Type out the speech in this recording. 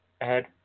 ahead